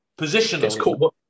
positional